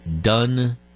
done